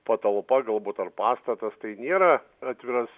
patalpa galbūt ar pastatas tai nėra atviras